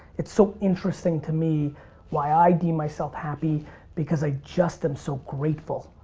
it's so interesting to me why i deem myself happy because i just am so grateful.